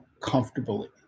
comfortably